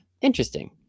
interesting